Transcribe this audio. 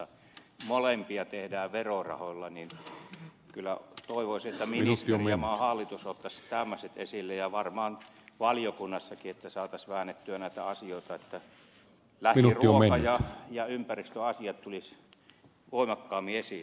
kun molempia tehdään verorahoilla niin kyllä toivoisi että ministeri ja maan hallitus ottaisivat tämmöiset esille ja varmaan olisi otettava valiokunnassakin että saataisiin väännettyä näitä asioita niin että lähiruoka ja ympäristöasiat tulisivat voimakkaammin esille